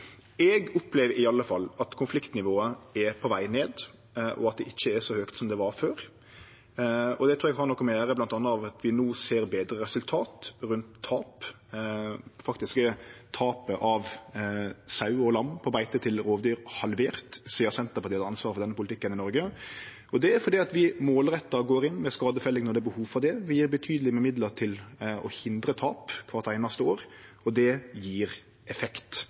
eg opplever det i alle fall slik – at konfliktnivået er på veg ned, og at det ikkje er så høgt som det var før. Det trur eg bl.a. har noko å gjere med at vi no ser betre resultat rundt tap. Faktisk er tapet av sau og lam på beite til rovdyr halvert sidan Senterpartiet hadde ansvar for denne politikken i Noreg. Det er fordi vi målretta går inn med skadefelling når det er behov for det, og gjev betydelege midlar for å hindre tap kvart einaste år. Det gjev effekt, og det